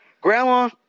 Grandma